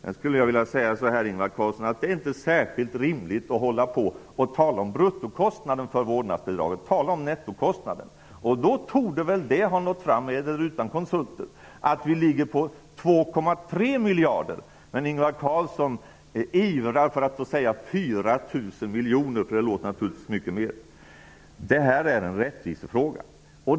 Det är inte särskilt rimligt, Ingvar Carlsson, att tala om bruttokostnaden för vårdnadsbidraget. Tala i stället om nettokostnaden. Då torde det väl ha nått fram, med eller utan hjälp av konsulter, att det är fråga om 2,3 miljarder kronor. Men Ingvar Carlsson ivrar för att säga 4 000 miljoner kronor. Det låter naturligtvis mycket mera. Detta är en rättvisefråga.